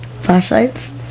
flashlights